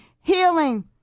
healing